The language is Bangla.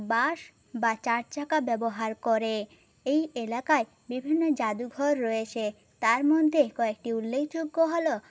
বাস বা চার চাকা ব্যবহার করে এই এলাকায় বিভিন্ন জাদুঘর রয়েছে তার মধ্যে কয়েকটি উল্লেখযোগ্য হল